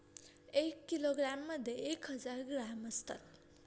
एक किलोग्रॅममध्ये एक हजार ग्रॅम असतात